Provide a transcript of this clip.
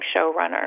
showrunner